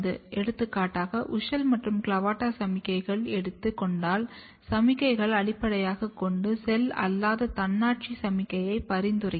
எடுத்துக்காட்டாக WUSCHEL மற்றும் CLAVATA சமிக்ஞைகளை எடுத்துக் கொண்டால் சமிக்ஞைகளை அடிப்படையாகக் கொண்ட செல் அல்லாத தன்னாட்சி சமிக்ஞையை பரிந்துரைக்கிறது